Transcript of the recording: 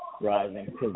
Rising